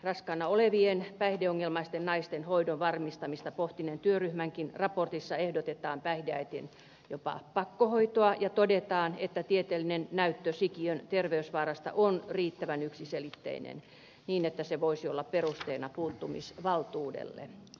raskaana olevien päihdeongelmaisten naisten hoidon varmistamista pohtineen työryhmän raportissakin ehdotetaan jopa päihdeäitien pakkohoitoa ja todetaan että tieteellinen näyttö sikiön terveysvaarasta on riittävän yksiselitteinen niin että se voisi olla perusteena puuttumisvaltuudelle